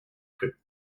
cru